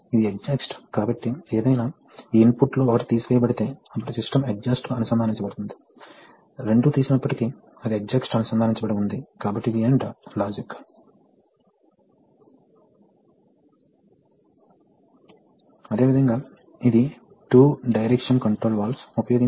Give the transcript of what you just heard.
ఇప్పుడు retraction stroke లో ఏమి జరుగుతుంది కాబట్టి ఎక్స్టెన్షన్ స్ట్రోక్లో ఇది ఇలా వెళ్తుంది ఇది ఇలా ప్రవేశిస్తుంది మరియు తరువాత మళ్ళీ ఈ భాగం ఇలా వెళుతుంది ఇది ఎక్స్టెన్షన్ స్ట్రోక్ లో ప్రవాహ నమూనాలు రిట్రాక్షన్ స్ట్రోక్లో ఏమి జరుగుతుంది